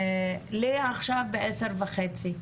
לעכשיו ב-10:30.